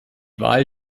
wahl